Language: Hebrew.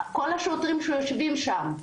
כל השוטרים שיושבים שם,